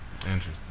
Interesting